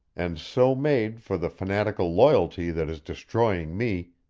and so made for the fanatical loyalty that is destroying me,